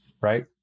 right